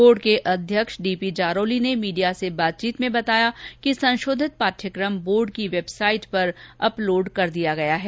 ward के अध्यक्ष D P Jarauli ने मीडिया से बातचीत में बताया कि संशोधित पाठ्यक्रम बोर्ड की वेबसाइट पर अपलोड कर दिया गया है